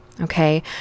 okay